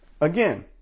again